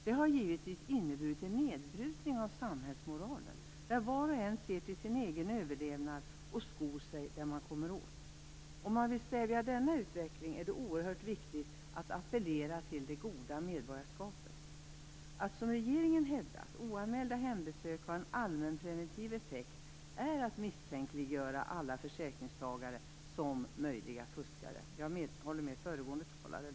Det har givetvis inneburit en nedbrytning av samhällsmoralen, där var och en ser till sin egen överlevnad och skor sig där man kommer åt. Om man vill stävja denna utveckling är det oerhört viktigt att appellera till det goda medborgarskapet. Att som regeringen hävda att oanmälda hembesök har en allmänpreventiv effekt är att misstänkliggöra alla försäkringstagare som möjliga fuskare. Jag håller här med föregående talare.